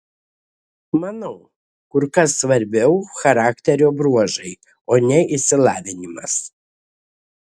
manau kur kas svarbiau charakterio bruožai o ne išsilavinimas